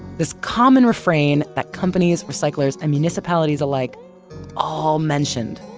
this common refrain that companies, recyclers, and municipalities alike all mentioned.